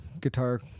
guitar